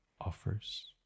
offers